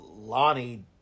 Lonnie